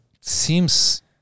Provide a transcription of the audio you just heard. seems